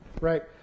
right